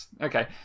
okay